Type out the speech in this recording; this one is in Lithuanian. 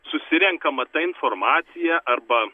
susirenkama ta informacija arba